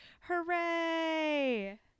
Hooray